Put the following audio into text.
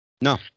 No